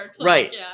right